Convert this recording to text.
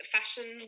Fashion